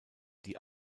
die